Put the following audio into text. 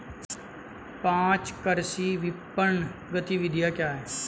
पाँच कृषि विपणन गतिविधियाँ क्या हैं?